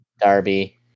Darby